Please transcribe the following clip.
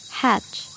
hatch